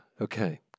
Okay